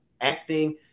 acting